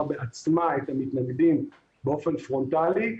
בעצמה את המתנגדים באופן פרונטלי,